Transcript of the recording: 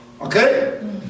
Okay